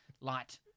light